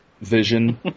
Vision